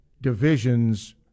divisions